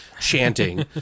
chanting